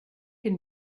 can